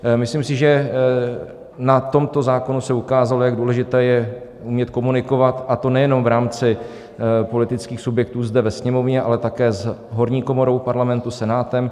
Myslím si, že na tomto zákonu se ukázalo, jak důležité je umět komunikovat, a to nejenom v rámci politických subjektů zde ve Sněmovně, ale také s horní komorou Parlamentu, Senátem.